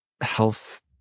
health